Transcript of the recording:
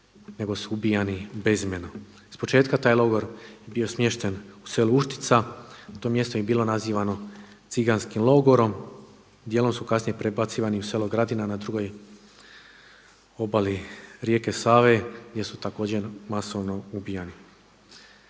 nego su ubijeni bezimeno. Ispočetka je taj logor bio smješten u selu Uštica, to mjesto je bilo nazivamo ciganskim logorom, dijelom su kasnije prebacivani u selo Gradina na drugoj obali rijeke Save gdje su također masovno ubijani.